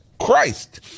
Christ